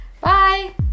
Bye